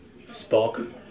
Spock